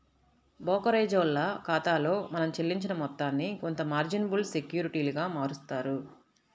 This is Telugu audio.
బోకరేజోల్ల ఖాతాలో మనం చెల్లించిన మొత్తాన్ని కొంత మార్జినబుల్ సెక్యూరిటీలుగా మారుత్తారు